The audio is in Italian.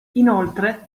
inoltre